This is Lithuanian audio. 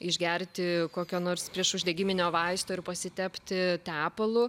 išgerti kokio nors priešuždegiminio vaisto ir pasitepti tepalu